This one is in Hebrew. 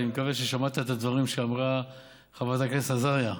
אני מקווה ששמעת את הדברים שאמרה חברת הכנסת עזריה.